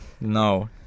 No